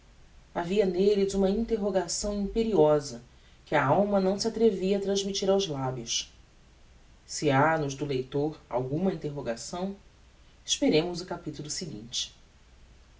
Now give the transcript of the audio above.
havia nelles uma interrogação imperiosa que a alma não se atrevia a transmittir aos lábios se ha nos do leitor alguma interrogação esperemos o capitulo seguinte